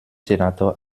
senator